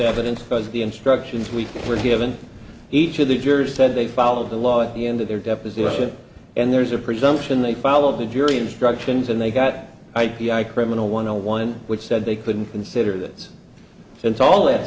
evidence because the instructions we were given each of the jurors said they followed the law at the end of their deposition and there's a presumption they followed the jury instructions and they got i p i criminal one on one which said they couldn't consider that since all